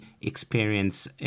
experience